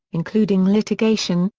including litigation,